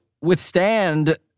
withstand